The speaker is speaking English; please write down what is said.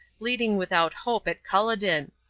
bleeding without hope at culloden.